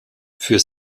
für